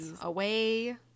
Away